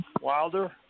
Wilder